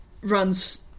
runs